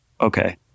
okay